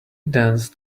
danced